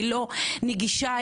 לא נגישה,